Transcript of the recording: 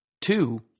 Two